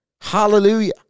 Hallelujah